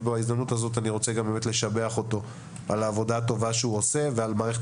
בהזדמנות הזאת אני רוצה לשבח אותו על העבודה הטובה שהוא עושה ועל מערכת